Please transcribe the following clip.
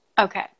Okay